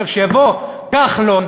עכשיו שיבוא כחלון,